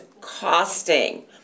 costing